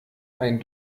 ein